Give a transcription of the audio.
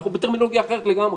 אנחנו בטרמינולוגיה אחרת לגמרי.